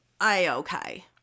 I-okay